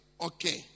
okay